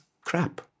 crap